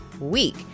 week